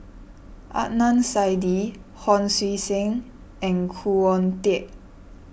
Adnan Saidi Hon Sui Sen and Khoo Oon Teik